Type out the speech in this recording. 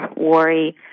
worry